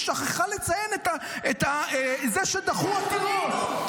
היא שכחה לציין את זה שדחו עתירות.